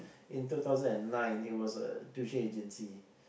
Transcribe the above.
in two thousand and nine it was a tuition agency